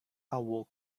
awoke